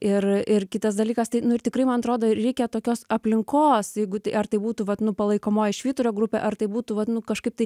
ir ir kitas dalykas tai nu ir tikrai man atrodo ir reikia tokios aplinkos jeigu tai ar tai būtų vat nu palaikomoji švyturio grupė ar tai būtų vat nu kažkaip tai